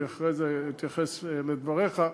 אחרי זה אתייחס לדבריך,